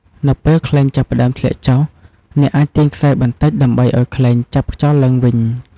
នៅពេលខ្លែងចាប់ផ្តើមធ្លាក់ចុះ អ្នកអាចទាញខ្សែបន្តិចដើម្បីឱ្យខ្លែងចាប់ខ្យល់ឡើងវិញ។